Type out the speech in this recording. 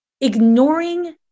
ignoring